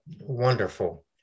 wonderful